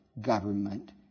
government